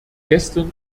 gestern